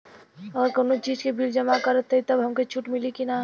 अगर कउनो चीज़ के बिल जमा करत हई तब हमके छूट मिली कि ना?